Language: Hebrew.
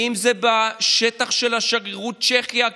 אם זה בשטח של שגרירות צ'כיה,